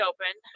Open